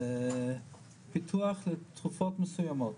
פיתוח לתקיפות מסוימות,